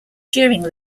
during